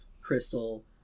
crystal